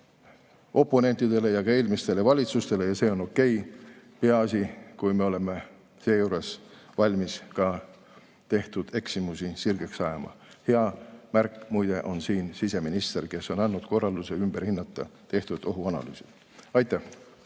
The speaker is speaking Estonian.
oponentidele ja ka eelmistele valitsustele ja see on okei, peaasi, kui me oleme seejuures valmis ka tehtud eksimusi sirgeks ajama. Hea märk, muide, on siin siseminister, kes on andnud korralduse tehtud ohuanalüüs ümber